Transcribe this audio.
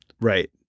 Right